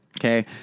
Okay